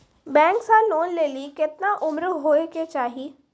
Bank से loan लेली केतना उम्र होय केचाही?